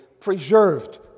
preserved